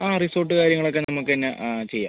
ആ റിസോർട്ട് കാര്യങ്ങളൊക്കെ നമുക്ക് തന്നെ ചെയ്യാം